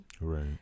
right